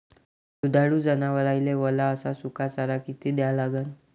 दुधाळू जनावराइले वला अस सुका चारा किती द्या लागन?